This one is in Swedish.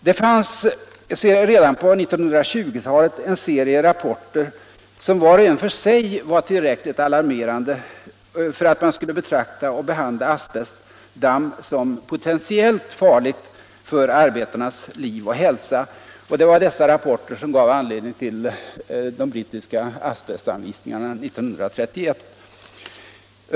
Det fanns redan på 1920-talet en serie rapporter var och en för sig tillräckligt alarmerande för att man skulle betrakta och behandla asbestdamm som potentiellt farligt för arbetarnas liv och hälsa, och det var dessa rapporter som gav anledning till de brittiska anvisningarna år 1931.